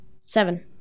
seven